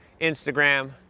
Instagram